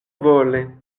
vole